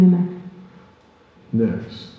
Next